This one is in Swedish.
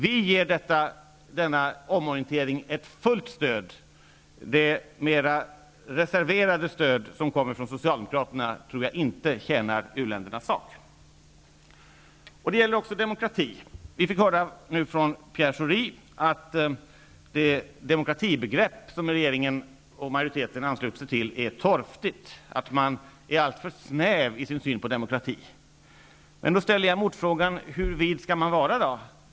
Vi ger denna omorientering ett fullt stöd. Det mera reserverade stöd som kommer från Socialdemokraterna tror jag inte tjänar uländernas sak. Det gäller också demokrati. Vi fick nu höra från Pierre Schori att det demokratibegrepp som regeringen och majoriteten ansluter sig till är torftigt. Man är alltför snäv i sin syn på demokrati. Då ställer jag en motfråga. Hur vid skall man vara?